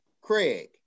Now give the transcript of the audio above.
craig